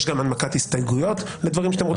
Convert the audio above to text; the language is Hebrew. יש גם הנמקת הסתייגויות לדברים שאתם רוצים